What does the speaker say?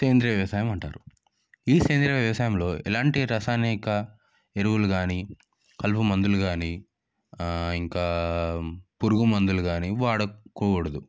సేంద్రీయ వ్యవసాయం అంటారు ఈ సేంద్రీయ వ్యవసాయంలో ఎలాంటి రసానిక ఎరువులు కానీ కల్వ మందులు కానీ ఇంకా పురుగు మందులు కానీ వాడకూడదు